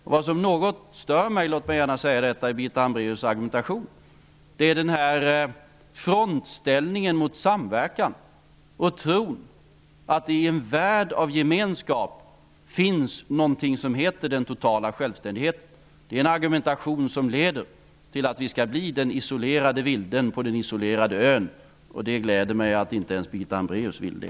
Låt mig säga att det som stör mig något i Birgitta Hambraeus argumentaion är frontställningen mot samverkan och tron att det i en värld av gemenskap finns någonting som heter ''den totala självständigheten''. Det är en argumentation som leder till att vi blir den isolerade vilden på den isolerade ön. Det gläder mig att inte ens Birgitta Hambraeus vill det.